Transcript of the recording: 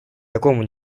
такому